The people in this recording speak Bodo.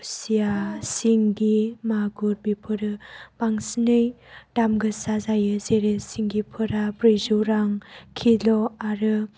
खुसिया सिंगि मागुर बेफोरो बांसिनै दाम गोसा जायो जेरै सिंगिफोरा ब्रैजौ रां किल' आरो